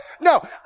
No